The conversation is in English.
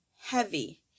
heavy